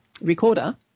recorder